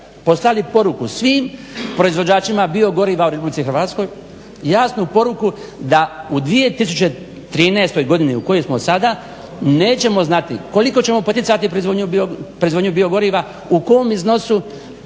poslali poruku svim proizvođačima bio goriva u RH, jasnu poruku da u 2013. godini u kojoj smo sada nećemo znati koliko ćemo poticati proizvodnju bio goriva, u kom iznosu,